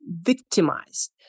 victimized